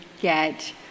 get